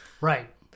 Right